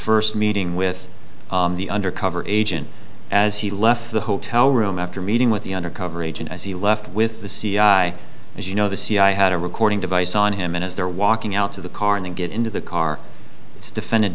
first meeting with the undercover agent as he left the hotel room after meeting with the undercover agent as he left with the c i as you know the cia had a recording device on him and as they're walking out of the car and get into the car this defendant